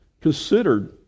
considered